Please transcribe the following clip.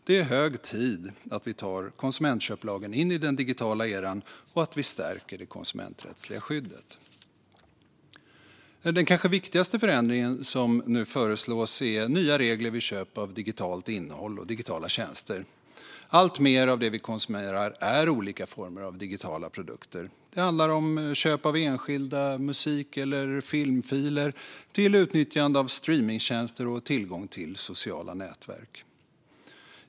Det är hög tid att vi tar konsumentköplagen in i den digitala eran och att vi stärker det konsumenträttsliga skyddet. Den kanske viktigaste förändringen som nu föreslås är nya regler vid köp av digitalt innehåll och digitala tjänster. Alltmer av det vi konsumerar är olika former av digitala produkter. Det handlar om köp av enskilda musik eller filmfiler, utnyttjande av strömningstjänster och tillgång till sociala nätverk.